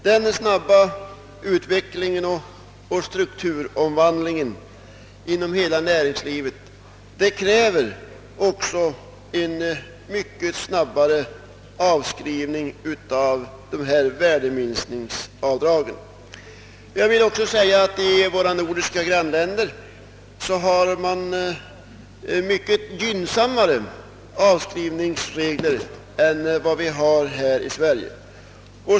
Den snabba utvecklingen och strukturomvandlingen inom näringslivet kräver också en mycket snabbare avskrivning vid bestämmandet av värdeminskningsavdragen för såväl jordbruk som andra företagare. Jag vill också nämna att i våra nordiska grannländer har man mycket gynnsammare avskrivningsregler än här i Sverige.